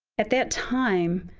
at that time,